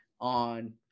on